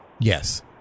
Yes